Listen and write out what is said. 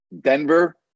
Denver